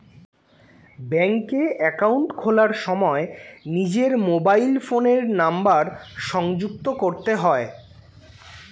ব্যাঙ্কে অ্যাকাউন্ট খোলার সময় নিজের মোবাইল ফোনের নাম্বার সংযুক্ত করতে হয়